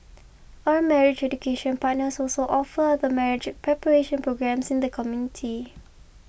our marriage education partners also offer other marriage preparation programmes in the community